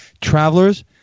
Travelers